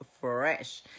fresh